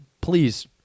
please